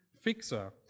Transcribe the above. fixer